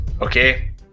Okay